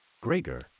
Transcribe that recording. Gregor